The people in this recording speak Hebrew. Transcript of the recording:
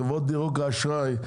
חברות דירוג האשראי,